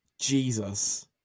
Jesus